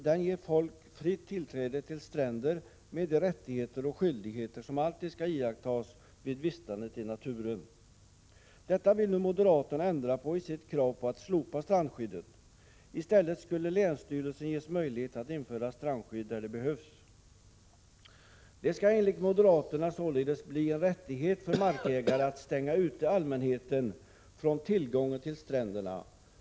Det ger folk fritt tillträde till stränder, med de rättigheter och skyldigheter som alltid skall iakttas vid vistande i naturen. Detta vill nu moderaterna ändra på genom sitt krav på att slopa strandskyddet. I stället skulle länsstyrelsen ges möjlighet att införa strandskydd där det behövs. Det skall således enligt moderaterna bli en rättighet för markägare att stänga ute allmänheten från tillgången till stränderna.